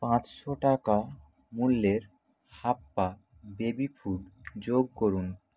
পাঁচশো টাকা মূল্যের হাপ্পা বেবি ফুড যোগ করুন